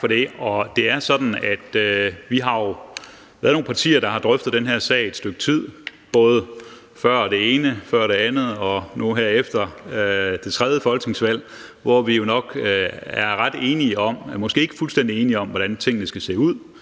at vi jo er nogle partier, der har drøftet den her sag et stykke tid, både før det ene og før det andet og nu her efter det tredje folketingsvalg, og vi er måske ikke fuldstændig enige om, hvordan tingene skal se ud,